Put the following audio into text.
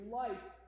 life